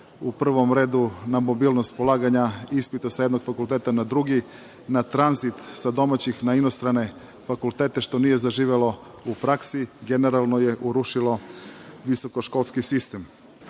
u prvom redu na mobilnost polaganja ispita sa jednog fakulteta na drugi, na tranzit sa domaćih na inostrane fakultete, što nije zaživelo u praksi, generalno je urušilo visokoškolski sistem. Pored